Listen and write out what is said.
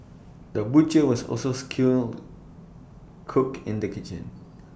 the butcher was also skilled cook in the kitchen